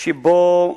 שבו חיילות,